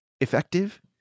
effective